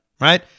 right